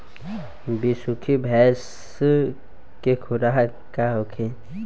बिसुखी भैंस के खुराक का होखे?